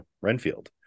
renfield